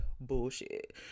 bullshit